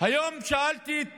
היום שאלתי את